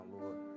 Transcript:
Lord